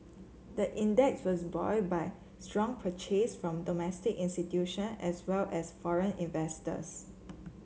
the index was buoyed by strong purchases from domestic institution as well as foreign investors